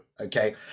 Okay